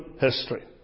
history